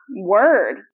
word